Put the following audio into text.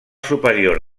superior